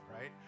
right